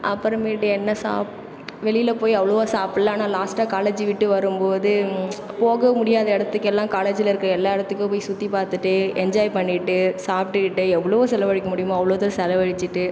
அப்புறமேட்டு என்ன ஜாப் வெளியில் போய் அவ்ளோவாக சாப்புடல ஆனால் லாஸ்ட்டாக காலேஜ் விட்டு வரும்போது போக முடியாத இடத்துக்கெல்லாம் காலேஜ்ஜில் இருக்க எல்லா இடத்துக்கும் போய் சுற்றி பார்த்துட்டு என்ஜாய் பண்ணிகிட்டு சாப்பிட்டுக்கிட்டு எவ்வளோ செலவழிக்க முடியுமோ அவ்வளோது செலவழிச்சிட்டு